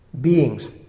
Beings